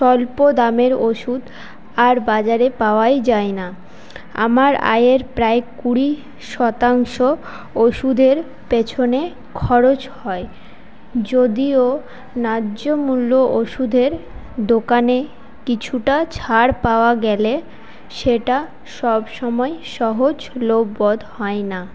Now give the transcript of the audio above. স্বল্প দামের ওষুধ আর বাজারে পাওয়াই যায়না আমার আয়ের প্রায় কুড়ি শতাংশ ওষুধের পেছনে খরচ হয় যদিও ন্যায্য মূল্য ওষুধের দোকানে কিছুটা ছাড় পাওয়া গেলে সেটা সবসময় সহজলভ্য বোধ হয়না